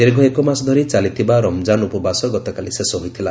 ଦୀର୍ଘ ଏକ ମାସ ଧରି ଚାଲିଥିବା ରମ୍ଜାନ ଉପବାସ ଗତକାଲି ଶେଷ ହୋଇଥିଲା